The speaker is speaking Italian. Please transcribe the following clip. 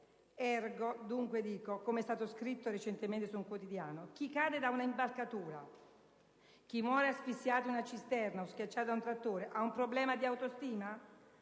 *Ergo*, come è stato scritto recentemente su un quotidiano, chi cade da una impalcatura, chi muore asfissiato nella cisterna o schiacciato da un trattore ha un problema di autostima?